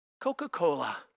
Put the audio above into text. Coca-Cola